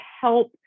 help